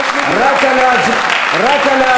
למעצמה כלכלית